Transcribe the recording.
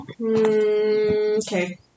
Okay